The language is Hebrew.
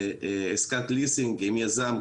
לעסקת ליסינג עם היזם,